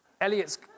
Elliot's